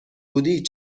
بودی